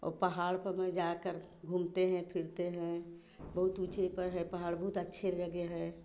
वह पहाड़ पर मैं जाकर घूमते हैं फिरते हैं बहुत ऊँचे पर है पहाड़ बहुत अच्छे जगह है